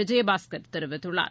விஜயபாஸ்கர் தெரிவித்துள்ளார்